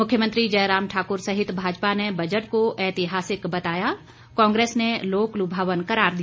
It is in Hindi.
मुख्यमंत्री जयराम ठाक्र सहित भाजपा ने बजट को ऐतिहासिक बताया कांग्रेस ने लोक लुभावन करार दिया